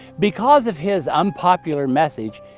because of his unpopular message,